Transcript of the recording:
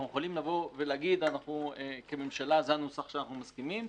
יכולים להגיד כממשלה שהוא הנוסח שאנחנו מסכימים לו.